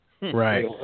Right